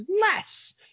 less